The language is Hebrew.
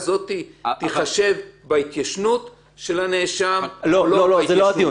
האינטרס השני הוא שדברים לא יישארו ללא גבול.